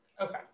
Okay